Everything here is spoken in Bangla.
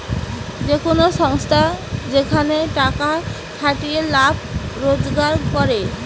যে কোন সংস্থা যেখানে টাকার খাটিয়ে লাভ রোজগার করে